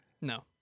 No